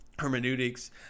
Hermeneutics